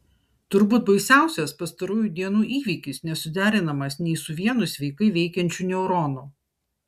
turbūt baisiausias pastarųjų dienų įvykis nesuderinamas su nei vienu sveikai veikiančiu neuronu